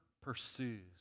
pursues